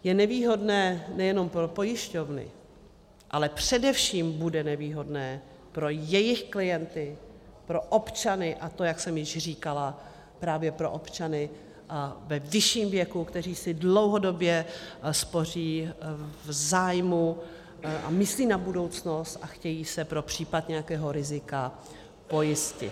Je nevýhodné nejenom pro pojišťovny, ale především bude nevýhodné pro jejich klienty, pro občany, a to, jak jsem již říkala, právě pro občany ve vyšším věku, kteří si dlouhodobě spoří v zájmu a myslí na budoucnost a chtějí se pro případ nějakého rizika pojistit.